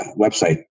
website